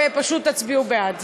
ופשוט תצביעו בעד.